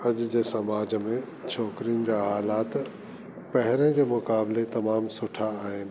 अॼु जे समाज में छोकरिन जा हालात पहरें जे मुकाबले तमाम सुठा आइन